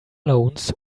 loans